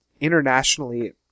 internationally